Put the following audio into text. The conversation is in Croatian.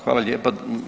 Hvala lijepa.